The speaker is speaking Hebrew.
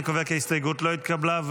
אני קובע כי ההסתייגות לא התקבלה.